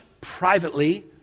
privately